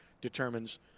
determines